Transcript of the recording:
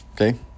okay